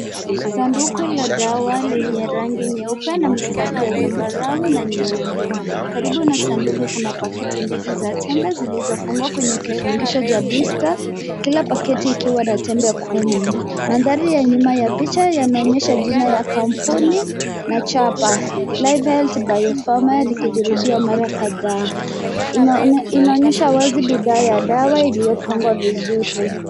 Sanduku la dawa lenye rangi nyeupe na mistari ya zambarau na nyeupe. Karibu na sanduku pakiti mbili za tembe zilizofungwa kwenye kifungisho cha bista, kila paketi ikiwa na tembe kumi. Mandhari ya nyuma ya picha yanaonyesha jina ya kampuni na chapa Livehealth Biopharma zikijirudia mara kadhaa. Inaonyesha wazi bidhaa ya dawa iliyopangwa vizuri.